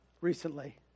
recently